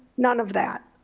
none of that.